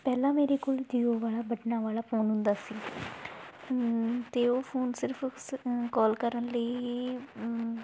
ਪਹਿਲਾਂ ਮੇਰੇ ਕੋਲ ਜੀਓ ਵਾਲਾ ਬਟਨਾਂ ਵਾਲਾ ਫੋਨ ਹੁੰਦਾ ਸੀ ਅਤੇ ਉਹ ਫੋਨ ਸਿਰਫ ਕੋਲ ਕਰਨ ਲਈ ਹੀ